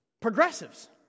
Progressives